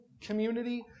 community